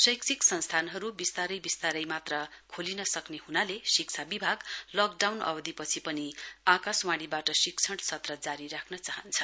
शैक्षिक संस्थानहरु विस्तारै विस्तारैमात्र खोलिन सक्ने हुनाले शिक्षा विभाग लकडाउन अवधिपछि पनि आकाशवाणीवाट शिक्षण सत्र जारी राख्न चाहन्छ